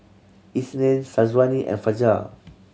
Isnin Syazwani and Fajar